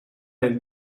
del